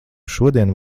šodien